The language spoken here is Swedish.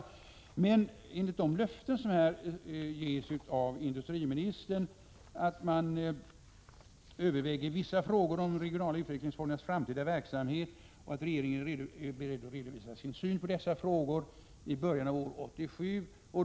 Industriministern ger dock löften, när han säger att han överväger ”vissa frågor om de regionala utvecklingsfondernas framtida verksamhet” och att regeringen ”avser att redovisa sin syn på dessa frågor i början av år 1987”.